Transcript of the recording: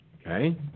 Okay